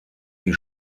die